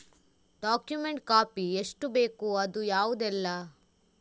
Document copy ಎಷ್ಟು ಬೇಕು ಅದು ಯಾವುದೆಲ್ಲ?